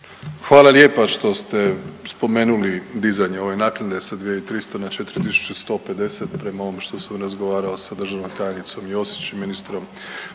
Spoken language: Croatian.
Hvala lijepa što ste spomenuli dizanje ove naknade sa 2300 na 4150 prema ovome što sam razgovarao sa državnom tajnicom Josić i ministrom